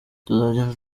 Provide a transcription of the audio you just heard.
tuzagenda